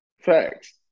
Facts